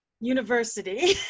University